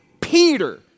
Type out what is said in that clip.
Peter